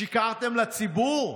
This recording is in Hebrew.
שיקרתם לציבור?